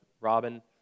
Robin